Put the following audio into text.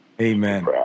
Amen